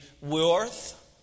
worth